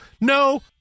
No